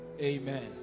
amen